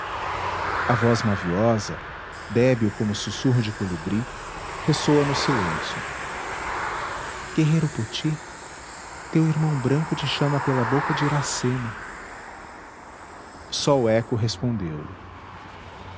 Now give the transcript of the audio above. a voz maviosa débil como sussurro de colibri ressoa no silêncio guerreiro poti teu irmão branco te chama pela boca de iracema só o eco